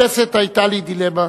בכנסת היתה לי דילמה